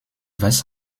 was